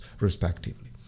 respectively